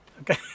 Okay